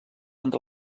entre